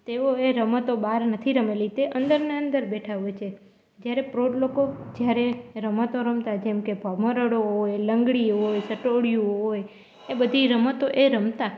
તેઓ હવે રમતો બહાર નથી રમેલી તે અંદર ને અંદર બેઠાં હોય છે જ્યારે પ્રૌઢ લોકો જ્યારે રમતો રમતાં જેમ કે ભમરડો હોય લંગડી હોય સટોડિયું હોય એ બધી રમતો એ રમતાં